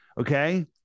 Okay